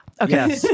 Okay